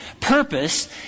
purpose